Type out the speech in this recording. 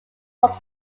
comes